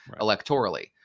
electorally